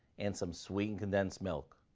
and some sweetened condensed milk.